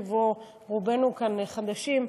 שבו רובנו חדשים,